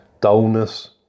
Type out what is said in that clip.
dullness